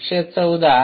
११४